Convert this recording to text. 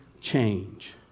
change